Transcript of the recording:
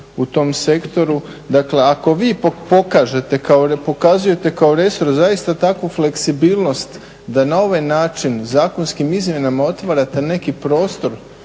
u tom sektoru, dakle ako vi pokazujete kao resor zaista takvu fleksibilnost da na ovaj način zakonskim izmjenama otvarate neki prostor